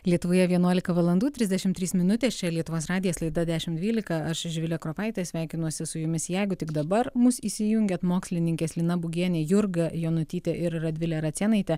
lietuvoje vienuolika valandų trisdešimt trys minutės čia lietuvos radijas laida dešimt dvylika aš živilė kropaitė sveikinuosi su jumis jeigu tik dabar mus įsijungėt mokslininkės lina būgienė jurga jonutytė ir radvilė racėnaitė